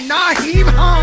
Naheem